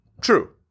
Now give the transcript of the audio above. True